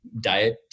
Diet